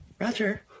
Roger